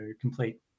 complete